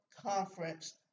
conference